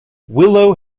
willow